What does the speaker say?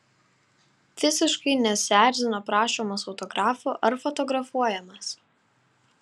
visiškai nesierzino prašomas autografų ar fotografuojamas